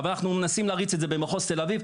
אבל אנחנו מנסים להריץ את זה במחוז תל-אביב.